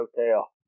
hotel